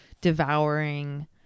devouring